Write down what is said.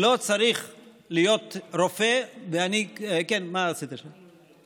לא צריך להיות רופא, ואני, כן, מה רצית שם?